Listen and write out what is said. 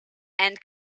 and